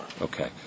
Okay